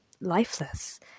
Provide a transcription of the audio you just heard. lifeless